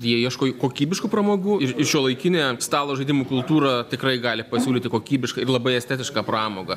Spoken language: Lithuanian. jie ieško kokybiškų pramogų ir šiuolaikinė stalo žaidimų kultūra tikrai gali pasiūlyti kokybišką ir labai estetišką pramogą